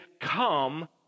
come